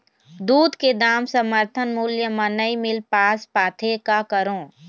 दूध के दाम समर्थन मूल्य म नई मील पास पाथे, का करों?